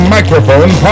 Microphone